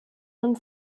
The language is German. man